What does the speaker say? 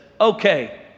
Okay